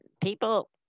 people